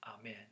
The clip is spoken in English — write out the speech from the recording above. Amen